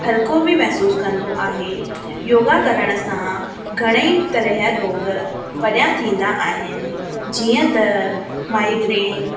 हल्को बि महिसूसु कंदो आहे योगा करण सां घणेई तरह योग परियां थींदा आहिनि जीअं त माइग्रेन